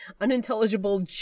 unintelligible